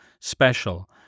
special